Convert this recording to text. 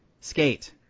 Skate